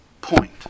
point